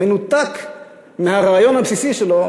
מנותק מהרעיון הבסיסי שלו,